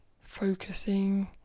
focusing